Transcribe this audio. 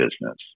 business